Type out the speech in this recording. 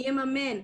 מי יממן?